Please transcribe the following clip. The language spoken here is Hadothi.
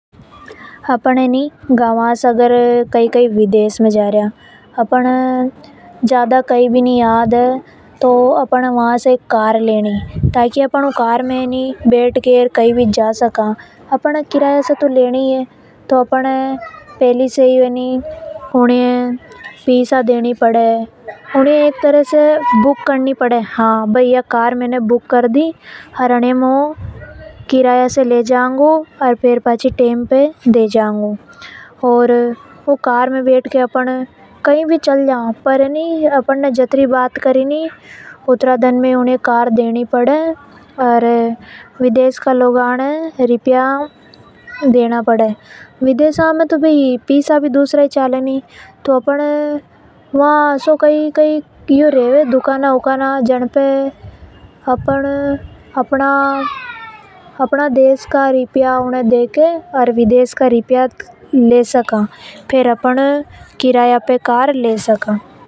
अपन ए नि गावा से कई कई विदेश में जा रिया। अपन ये ज्यादा वहां कई भी याद नि है तो अपन ए वहां से किराया पे एक कार लेनी। अपन ऊं में बैठकर कहा भी जा सका गुम सका। ऊनी ये एक तरह से बुक करनी पड़े। अपनो काम होता ही अपन ये वापिस वो कार टेम पर देनी है। अपन कार में बैठकर कही भी जा सका पर अपन ने जतरा दिन की बात करी उतना दन मे कार वापिस करनी पड़े। ओर विदेश का लोगों ने रुपया देना पड़े। विदेश में तो दूसरा ही पैसा चले तो अपन ने अदला बदली करनी पड़े ई प्रकार से अपन विदेश में जा सका।